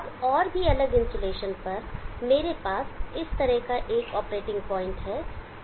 अब और भी अलग इन्सुलेशन पर मेरे पास इस तरह का एक ऑपरेटिंग प्वाइंट है